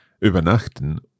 übernachten